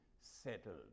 settled